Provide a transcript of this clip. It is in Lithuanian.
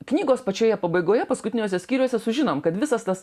knygos pačioje pabaigoje paskutiniuose skyriuose sužinom kad visas tas